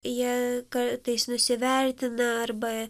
jie kartais nusivertina arba